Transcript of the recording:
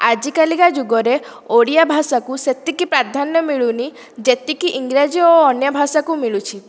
ଆଜିକାଲିକା ଯୁଗରେ ଓଡ଼ିଆ ଭାଷାକୁ ସେତିକି ପ୍ରାଧାନ୍ୟ ମିଳୁନି ଯେତିକି ଇଂରାଜୀ ଓ ଅନ୍ୟ ଭାଷାକୁ ମିଳୁଛି